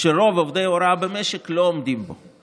שרוב עובדי ההוראה במשק לא עומדים בו.